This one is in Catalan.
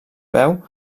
veu